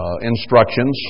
instructions